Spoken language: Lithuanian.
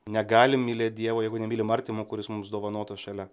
negalim mylėt dievo jeigu nemylim artimo kuris mums dovanotas šalia